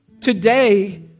Today